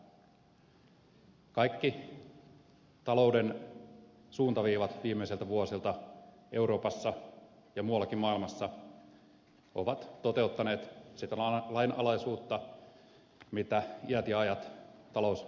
kaikki talouden suuntaviivat viimeisiltä vuosilta euroopassa ja muuallakin maailmassa ovat toteuttaneet sitä lainalaisuutta mitä iät ja ajat talous on noudattanut